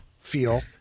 feel